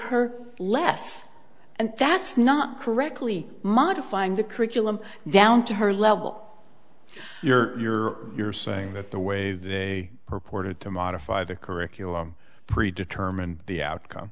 her less and that's not correctly modifying the curriculum down to her level you're you're you're saying that the way they purported to modify the curriculum predetermine the outcome